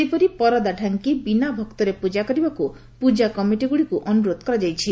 ସେହିପରି ପରଦା ତାଙ୍କି ବିନା ଭକ୍ତରେ ପୂଜା କରିବାକୁ ପୂଜା କମିଟିଗୁଡିକୁ ଅନୁରୋଧ କରାଯାଇଛି